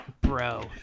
bro